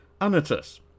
Anatus